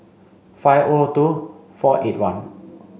five O two four eight one